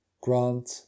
grant